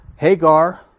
Hagar